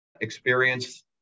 experience